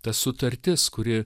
ta sutartis kuri